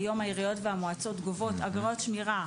העיריות והמועצות גובות היום